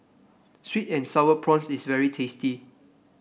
sweet and sour prawns is very tasty